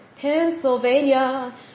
Pennsylvania